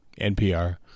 NPR